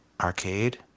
Arcade